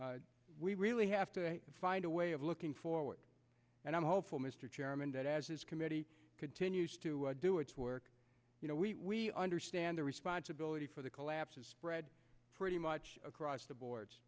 we really have to find a way of looking forward and i'm hopeful mr chairman that as his committee continues to do its work you know we understand the responsibility for the collapse is spread pretty much across the board